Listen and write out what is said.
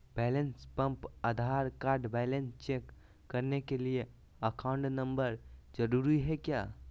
Balance pump Aadhaar card balance check करने के लिए अकाउंट नंबर जरूरी है क्या?